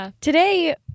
today